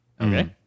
Okay